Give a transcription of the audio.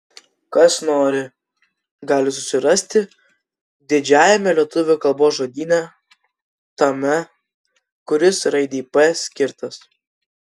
kas nori gali susirasti didžiajame lietuvių kalbos žodyne tome kuris raidei p skirtas